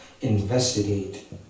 investigate